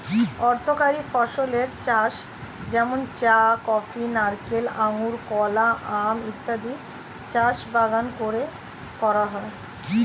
অর্থকরী ফসলের চাষ যেমন চা, কফি, নারিকেল, আঙুর, কলা, আম ইত্যাদির চাষ বাগান করে করা হয়